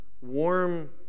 warm